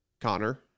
Connor